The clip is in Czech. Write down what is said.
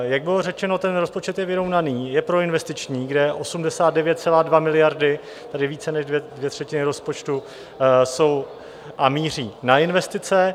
Jak bylo řečeno, ten rozpočet je vyrovnaný, je proinvestiční, kde 89,2 miliardy, tedy více než dvě třetiny rozpočtu, jsou a míří na investice.